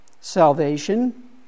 salvation